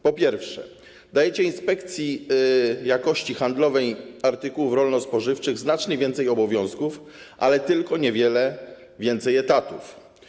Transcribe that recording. Po pierwsze, przewidujecie dla Inspekcji Jakości Handlowej Artykułów Rolno-Spożywczych znacznie więcej obowiązków, ale tylko niewiele więcej etatów.